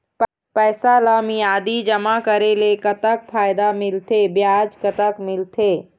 पैसा ला मियादी जमा करेले, कतक फायदा मिलथे, ब्याज कतक मिलथे?